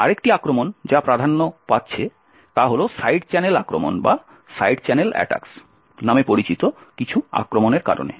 আরেকটি আক্রমণ যা প্রাধান্য পাচ্ছে তা হল সাইড চ্যানেল আক্রমণ নামে পরিচিত কিছু আক্রমণের কারণে